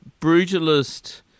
brutalist